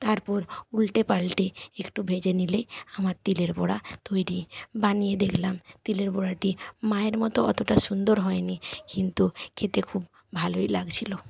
তারপর উলটে পালটে একটু ভেজে নিলে আমার তিলের বড়া তৈরি বানিয়ে দেখলাম তিলের বড়াটি মায়ের মতো অতোটা সুন্দর হয় নি কিন্তু খেতে খুব ভালোই লাগছিলো